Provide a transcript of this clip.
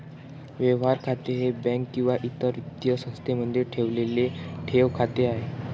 व्यवहार खाते हे बँक किंवा इतर वित्तीय संस्थेमध्ये ठेवलेले ठेव खाते आहे